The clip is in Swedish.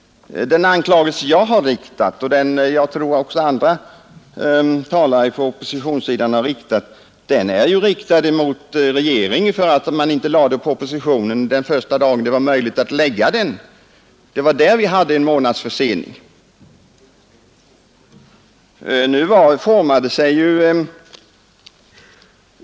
Nej, den anklagelse som jag riktade, och som jag tror att också övriga talare från oppositionssidan har framfört, var riktad mot regeringen för att inte ha lagt fram en proposition den första dagen då detta var möjligt. Det var där vi fick en månads försening.